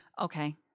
Okay